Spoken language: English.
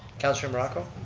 councillor morocco?